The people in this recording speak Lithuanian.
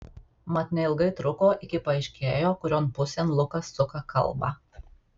mat neilgai truko iki paaiškėjo kurion pusėn lukas suka kalbą